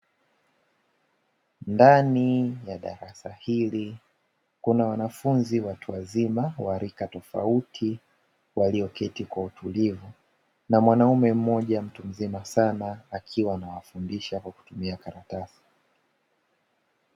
Ndani ya darasa hili kuna wanafunzi watu wazima wa rika tofauti, walioketi kwa utulivu na mwanamume mmoja mtu mzima sana akiwa anawafundisha kwa kutumia karatasi.